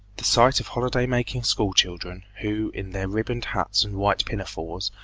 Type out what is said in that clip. the sight of holiday-making school-children, who, in their ribboned hats and white pinafores,